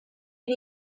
bin